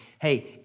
Hey